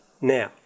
now